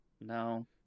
no